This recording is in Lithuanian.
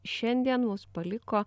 šiandien mus paliko